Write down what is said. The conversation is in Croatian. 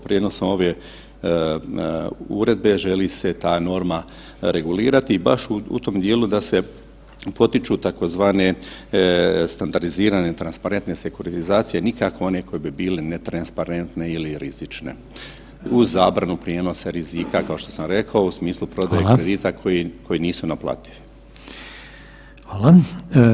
Prijenosom ove uredbe želi se ta norma regulirati baš u tom dijelu da se potiču tzv. standardizirane transparentne sekoritizacije nikako one koje bi bile netransparentne ili rizične uz zabranu prijenosa rizika kao što sam rekao u smislu [[Upadica: Hvala]] prodaje kredita koji nisu naplativi.